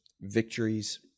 victories